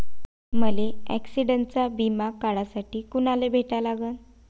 मले ॲक्सिडंटचा बिमा काढासाठी कुनाले भेटा लागन?